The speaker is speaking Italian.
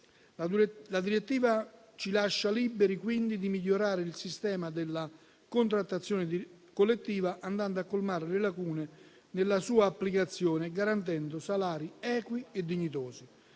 La direttiva ci lascia liberi quindi di migliorare il sistema della contrattazione collettiva, andando a colmare le lacune nella sua applicazione, garantendo salari equi e dignitosi.